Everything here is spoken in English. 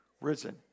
risen